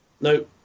No